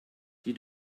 die